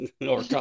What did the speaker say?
no